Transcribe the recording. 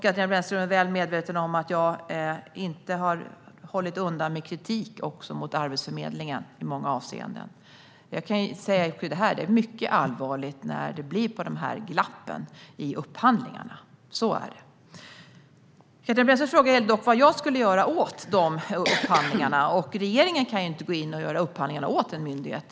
Katarina Brännström är väl medveten om att jag inte har hållit undan kritik mot Arbetsförmedlingen i många avseenden. Det är mycket allvarligt när det blir sådana glapp i upphandlingarna - så är det. Katarina Brännströms fråga är dock vad jag ska göra åt upphandlingarna. Regeringen kan inte gå in och göra upphandlingar åt en myndighet.